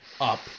up